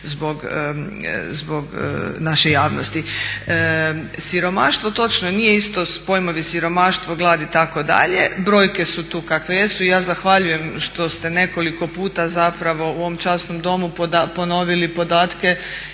zbog naše javnosti. Siromaštvo točno je, nije isto pojmovi siromaštvo, glad itd., brojke su tu kakve jesu i ja zahvaljujem što ste nekoliko puta zapravo u ovom časnom Domu ponovili podatke